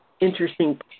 interesting